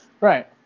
Right